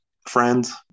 friends